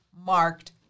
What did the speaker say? marked